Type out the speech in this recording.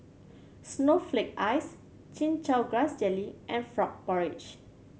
snowflake ice Chin Chow Grass Jelly and frog porridge